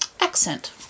accent